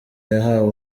yahawe